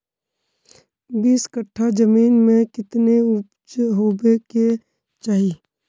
बीस कट्ठा जमीन में कितने उपज होबे के चाहिए?